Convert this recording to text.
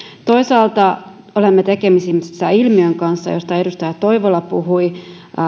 toisaalta olemme tekemisissä ilmiön kanssa josta edustaja toivola puhui